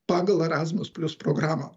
pagal erasmus plius programą